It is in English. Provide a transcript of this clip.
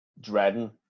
dreading